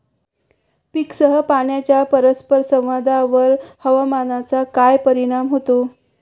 पीकसह पाण्याच्या परस्पर संवादावर हवामानाचा काय परिणाम होतो?